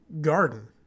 garden